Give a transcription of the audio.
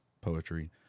poetry